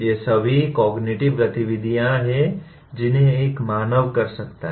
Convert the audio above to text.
ये सभी कॉग्निटिव गतिविधियाँ हैं जिन्हें एक मानव कर सकता है